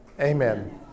Amen